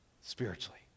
Spiritually